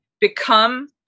become